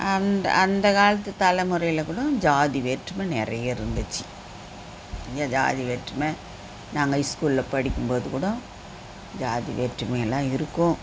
அந்த அந்த காலத்து தலைமுறையில் கூட ஜாதி வேற்றுமை நிறைய இருந்துச்சு ஏன் ஜாதி வேற்றுமை நாங்கள் இஸ்கூலில் படிக்கும் போது கூட ஜாதி வேற்றுமையெல்லாம் இருக்கும்